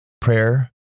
prayer